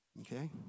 Okay